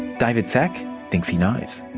david szach think he knows.